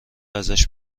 ازش